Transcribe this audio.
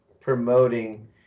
promoting